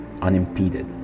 unimpeded